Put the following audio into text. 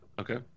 Okay